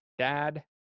dad